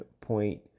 point